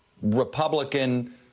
Republican